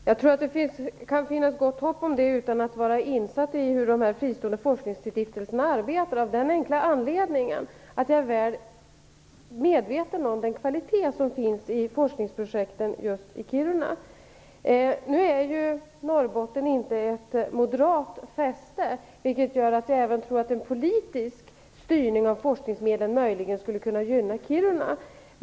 Herr talman! Jag tror att det kan finnas gott hopp om det, utan att vara insatt i hur de fristående forskningsstiftelserna arbetar, av den enkla anledningen att jag är väl medveten om den kvalitet som finns i forskningsprojekten just i Kiruna. Nu är ju Norrbotten inte ett moderat fäste, vilket gör att jag även tror att en politisk styrning av forskningsmedel möjligen skulle kunna gynna Kiruna.